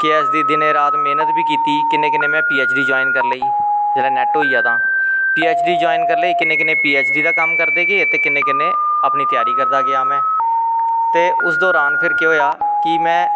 K A S दी दिनैं रात मैह्नत बी कीती कन्नै कन्नै में पी ऐच डी जवाईन करी लेई जिसलै नैट होईया तां पी ऐच डी जवाईन करी लेई कन्नै कन्नै पी ऐच डी दी कम्म करदे गे ते कन्नै कन्नै अपनी तैयारी करदा गेआ में ते उस दौरान फिर केह् होया कि में